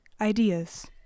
ideas